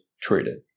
treated